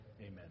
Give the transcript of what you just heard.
Amen